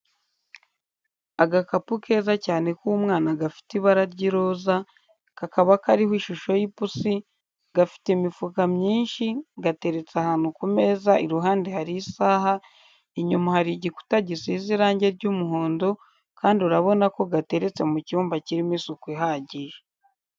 Agakapu keza cyane k'umwana gafite ibara ry'iroza, kakaba kariho ishusho y'ipusi, gafite imifuka myinshi, gateretse ahantu ku meza iruhande hari isaha, inyuma hari igikuta gisize irange ry'umuhondo, kandi urabona ko gateretse mu cyumba kirimo isuku ihagije.